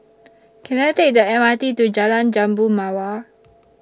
Can I Take The M R T to Jalan Jambu Mawar